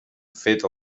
fet